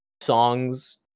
songs